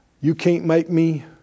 you-can't-make-me